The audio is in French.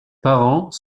parents